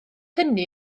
hynny